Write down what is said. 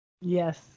Yes